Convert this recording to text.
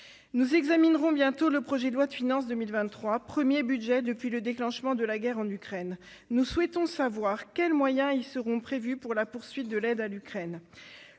Nous examinerons bientôt le projet de loi de finances pour 2023, premier budget depuis le déclenchement de la guerre en Ukraine. Nous souhaitons savoir quels moyens seront prévus pour la poursuite de l'aide à l'Ukraine.